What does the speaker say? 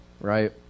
right